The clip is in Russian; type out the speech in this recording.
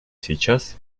сейчас